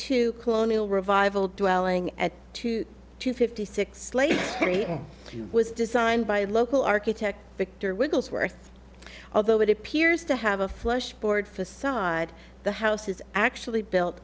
two colonial revival delling at two two fifty six late kerry was designed by local architect victor wigglesworth although it appears to have a flush board facade the house is actually built